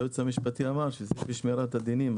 היועץ המשפטי אמר שמירת דינים.